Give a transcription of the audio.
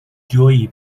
جویی